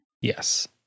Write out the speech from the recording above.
yes